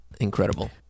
Incredible